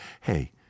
hey